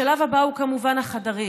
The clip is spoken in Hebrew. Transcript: השלב הבא הוא כמובן, החדרים.